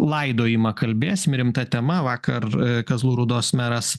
laidojimą kalbėsim rimta tema vakar kazlų rūdos meras